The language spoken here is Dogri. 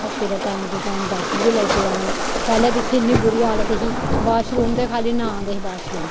हास्पिटल टाइम उप्पर डाॅक्टर बी लगी पे औन पैह्लें ते इत्थै इन्नी बुरी हालत ही वाशरुम वाशरुम खाल्ली नां दे हे वाशरुम